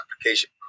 application